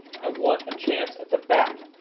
i want a chance at the bat!